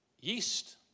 yeast